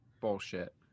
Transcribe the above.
Bullshit